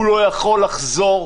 הוא לא יכול לחזור,